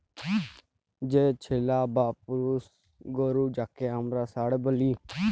যে ছেলা বা পুরুষ গরু যাঁকে হামরা ষাঁড় ব্যলি